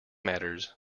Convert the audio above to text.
matters